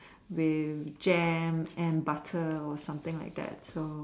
with jam and butter or something like that so